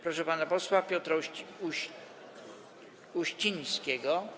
Proszę pana posła Piotra Uścińskiego.